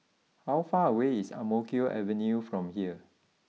how far away is Ang Mo Kio Avenue from here